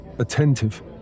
attentive